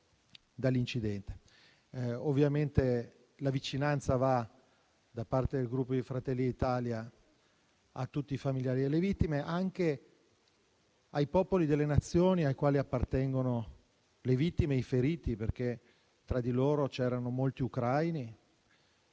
dall'incidente. Ovviamente la vicinanza del Gruppo Fratelli d'Italia va a tutti i familiari delle vittime e anche ai popoli delle Nazioni ai quali appartengono le vittime ed i feriti. Tra di loro c'erano, infatti, molti ucraini,